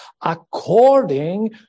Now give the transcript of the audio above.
according